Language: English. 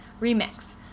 Remix